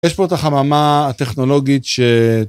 יש פה את החממה הטכנולוגית ש...